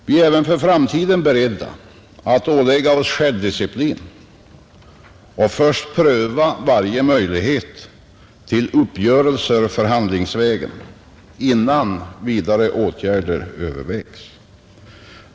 Vi är även för framtiden beredda att ålägga oss självdisciplin och pröva varje möjlighet till uppgörelser förhandlingsvägen innan vidare åtgärder övervägs.